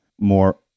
more